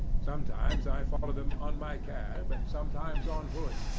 sometimes i followed them on my cab, and sometimes on foot,